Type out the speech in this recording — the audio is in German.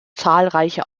zahlreiche